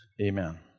Amen